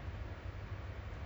oh